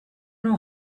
know